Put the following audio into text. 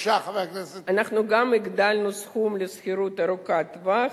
אנחנו גם הגדלנו את הסכום לשכירות ארוכת טווח,